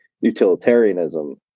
utilitarianism